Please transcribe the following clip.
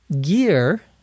Gear